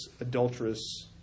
adulterous